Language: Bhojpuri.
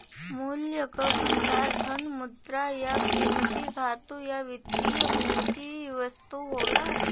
मूल्य क भंडार धन, मुद्रा, या कीमती धातु या वित्तीय पूंजी वस्तु होला